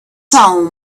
soul